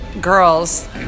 girls